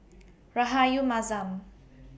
Rahayu Mahzam